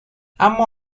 اما